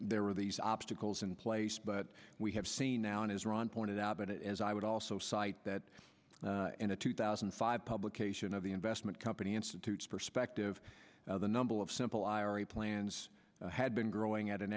there were these obstacles in place but we have seen now as ron pointed out but it is i would also cite that in a two thousand and five publication of the investment company institute's perspective the number of simple ira plans had been growing at an